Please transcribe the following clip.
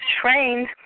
trained